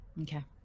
Okay